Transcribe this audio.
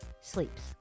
sleeps